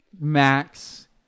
max